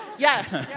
yes,